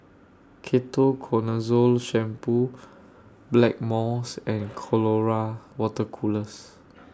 Ketoconazole Shampoo Blackmores and Colora Water Colours